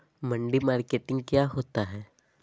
मंडी मार्केटिंग क्या होता है?